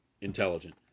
intelligent